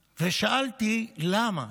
ושאלתי: למה